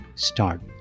start